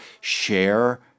share